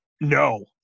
No